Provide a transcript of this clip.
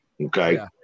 okay